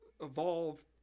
evolve